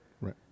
Right